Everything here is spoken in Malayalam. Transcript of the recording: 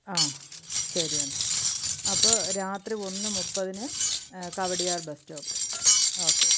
ആ ശരി എന്നാൽ അപ്പോൾ രാത്രി ഒന്ന് മുപ്പതിന് കവടിയാർ ബസ് സ്റ്റോപ്പ് ഓക്കേ